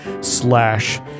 slash